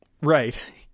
Right